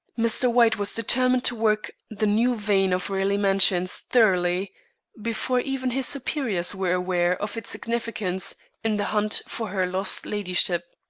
mr. white was determined to work the new vein of raleigh mansions thoroughly before even his superiors were aware of its significance in the hunt for her lost ladyship.